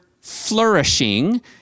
flourishing